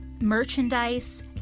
merchandise